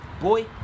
Boy